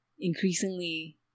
increasingly